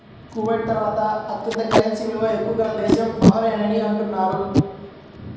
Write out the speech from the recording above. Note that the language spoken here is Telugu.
కువైట్ తర్వాత అత్యంత కరెన్సీ విలువ ఎక్కువ గల దేశం బహ్రెయిన్ అని అంటున్నారు